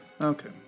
Okay